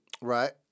right